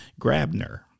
grabner